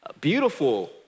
beautiful